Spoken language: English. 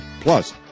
Plus